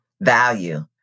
value